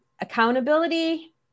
accountability